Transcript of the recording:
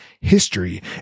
history